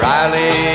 Riley